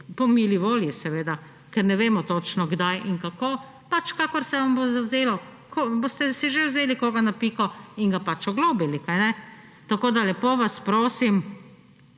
Po mili volji, seveda, ker ne vemo točno, kdaj in kako; pač kakor se vam bo zazdelo. Boste si že vzeli koga na piko in ga oglobili, kaj ne. Lepo vas prosim,